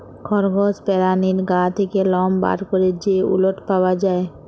খরগস পেরানীর গা থ্যাকে লম বার ক্যরে যে উলট পাওয়া যায়